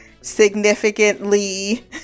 significantly